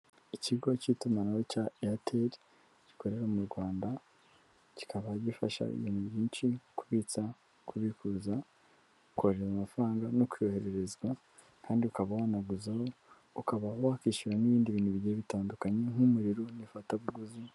Ikigo cy'itumanaho cya eyateri gikorera mu Rwanda kikaba gifasha ibintu byinshi; kubitsa, kubikuza, kohereza amafaranga no kwiyohererezwa kandi ukaba wanaguzaho ukaba wakishyura n'ibindi bintu bigiye bitandukanye nk'umuriro n'ifatabuguzi.